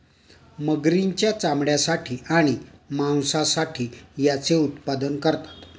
मगरींच्या चामड्यासाठी आणि मांसासाठी याचे उत्पादन करतात